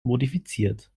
modifiziert